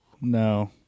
no